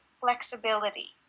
flexibility